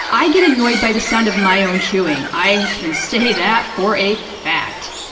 i get annoyed by the sound of my own chewing. i can say that for a fact.